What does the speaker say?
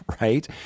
right